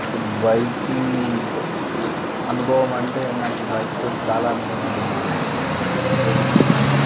biking అనుభవం అంటే నాకు బైక్తో చాలా అనుబంధం ఉంది అండి అంటే నేను